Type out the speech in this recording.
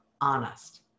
honest